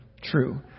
true